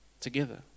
together